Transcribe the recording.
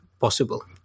possible